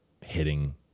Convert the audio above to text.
hitting